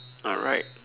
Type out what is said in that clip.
alright